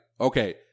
okay